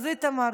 אז איתמר,